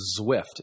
Zwift